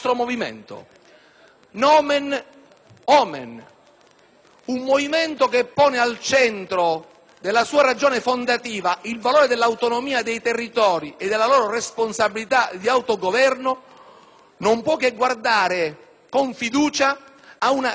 Un movimento che pone a suo fondamento il valore dell'autonomia dei territori e della loro responsabilità di autogoverno non può che guardare con fiducia ad una riorganizzazione dello Stato che metta al centro